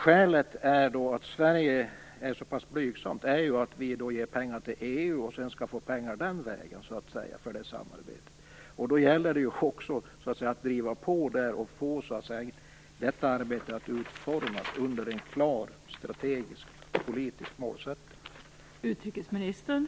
Skälet till att Sveriges bidrag är så pass blygsamt är ju att vi ger pengar till EU och sedan får pengar för samarbetet den vägen. Därför gäller det att i EU driva på så att arbetet utformas med en klar, strategisk och politisk målsättning.